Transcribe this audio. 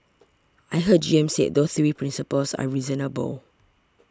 I heard G M said those three principles are reasonable